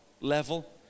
level